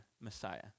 Messiah